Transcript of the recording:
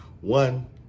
One